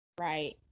Right